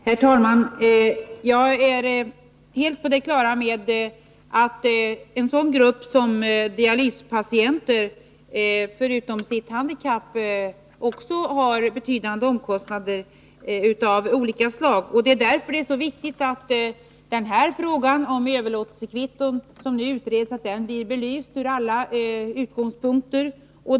Herr talman! Jag är helt på det klara med att en sådan grupp som dialyspatienterna förutom sitt handikapp också har betydande omkostnader av olika slag. Det är därför som det är så viktigt att frågan om överlåtelsekvitton, som nu utreds, blir belyst ur alla synvinklar.